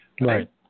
Right